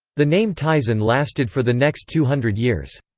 the name tizon lasted for the next two hundred years.